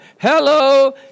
Hello